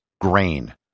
grain